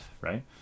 right